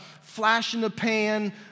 flash-in-the-pan